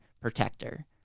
protector